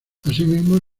asimismo